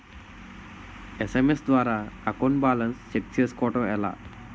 SMS ద్వారా account balance check చేసుకోవటం ఎలా?